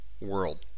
world